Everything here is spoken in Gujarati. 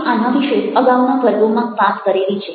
આપણે આના વિશે અગાઉના વર્ગોમાં વાત કરેલી છે